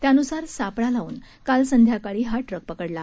त्यानुसार सापळा लावून काल संध्याकाळी हा ट्रक पकडला